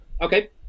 Okay